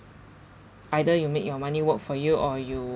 either you make your money work for you or you